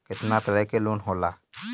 केतना तरह के लोन होला?